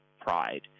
pride